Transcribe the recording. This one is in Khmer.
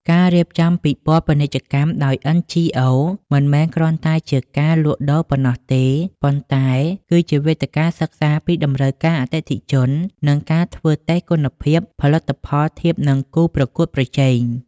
ការរៀបចំពិព័រណ៍ពាណិជ្ជកម្មដោយ NGOs មិនមែនគ្រាន់តែជាការលក់ដូរប៉ុណ្ណោះទេ ប៉ុន្តែគឺជាវេទិកាសិក្សាពីតម្រូវការអតិថិជន និងការធ្វើតេស្តគុណភាពផលិតផលធៀបនឹងគូប្រកួតប្រជែង។